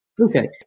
Okay